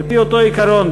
על-פי אותו עיקרון,